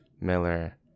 Miller